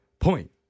point